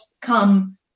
come